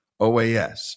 OAS